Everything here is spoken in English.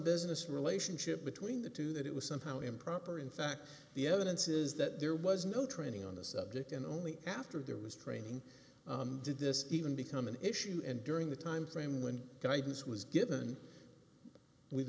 business relationship between the two that it was somehow improper in fact the evidence is that there was no training on the subject and only after there was training did this even become an issue and during the time frame when guidance was given we've